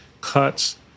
cuts